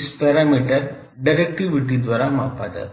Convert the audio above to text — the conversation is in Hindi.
इस पैरामीटर डायरेक्टिविटी द्वारा मापा जाता है